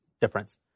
difference